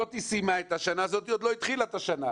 זאת סיימה את השנה, זאת עוד לא התחילה את השנה.